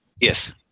Yes